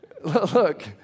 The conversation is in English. Look